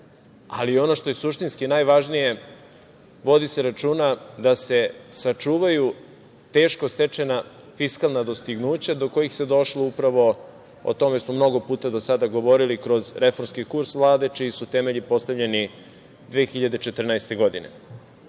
ali ono što je suštinski najvažnije, vodi se računa da se sačuvaju teško stečena fiskalna dostignuća do kojih se došlo. Upravo o tome smo mnogo puta do sada govorili kroz reformski kurs Vlade, čiji su temelji postavljeni 2014. godine.U